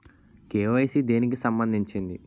KYC దేనికి సంబందించింది?